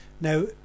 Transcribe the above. now